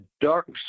dark